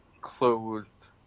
closed